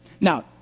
Now